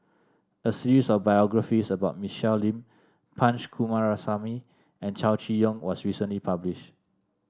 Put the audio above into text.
a series of biographies about Michelle Lim Punch Coomaraswamy and Chow Chee Yong was recently published